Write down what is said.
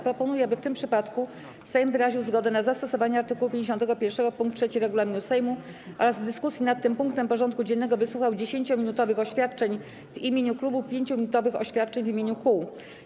Proponuję, aby w tym przypadku Sejm wyraził zgodę na zastosowanie art. 51 pkt 3 regulaminu Sejmu oraz w dyskusji nad tym punktem porządku dziennego wysłuchał 10-minutowych oświadczeń w imieniu klubów i 5-minutowych oświadczeń w imieniu kół.